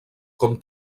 com